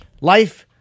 Life